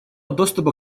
доступа